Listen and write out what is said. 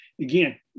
again